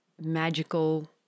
magical